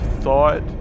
thought